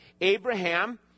Abraham